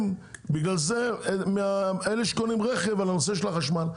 ובגלל זה אתם גובים מאלה שקונים רכב על הנושא של החשמל.